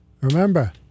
Remember